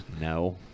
no